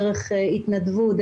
דרך התנדבות,